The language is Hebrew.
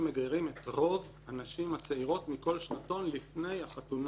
מגיירים את רוב הנשים הצעירות מכל שנתון לפני החתונה.